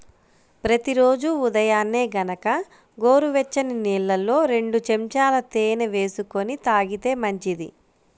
ప్రతి రోజూ ఉదయాన్నే గనక గోరువెచ్చని నీళ్ళల్లో రెండు చెంచాల తేనె వేసుకొని తాగితే మంచిది